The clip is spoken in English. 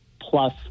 plus